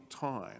time